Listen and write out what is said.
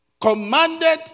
commanded